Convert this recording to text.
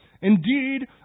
Indeed